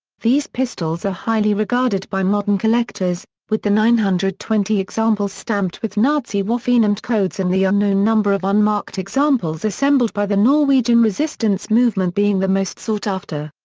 these pistols are highly regarded by modern collectors, with the nine hundred and twenty examples stamped with nazi waffenamt codes and the unknown number of unmarked examples assembled by the norwegian resistance movement being the most sought after.